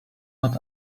not